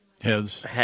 heads